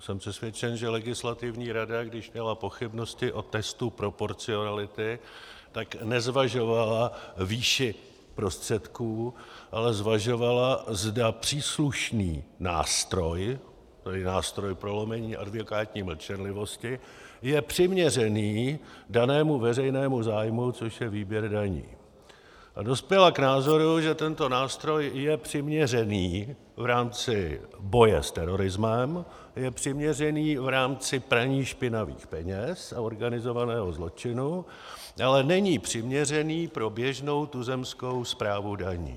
Jsem přesvědčen, že Legislativní rada, když měla pochybnosti o testu proporcionality, tak nezvažovala výši prostředků, ale zvažovala, zda příslušný nástroj, tedy nástroj prolomení advokátní mlčenlivosti, je přiměřený danému veřejnému zájmu, což je výběr daní, a dospěla k názoru, že tento nástroj je přiměřený v rámci boje s terorismem, je přiměřený v rámci praní špinavých peněz a organizovaného zločinu, ale není přiměřený pro běžnou tuzemskou správu daní.